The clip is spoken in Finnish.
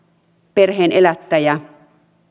perheen elättäjä